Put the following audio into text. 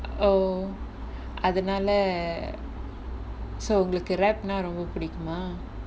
oh அதுனால:athunaala so உங்களுக்கு:ungalukku rap ரொம்ப புடிக்குமா:romba pudikkumaa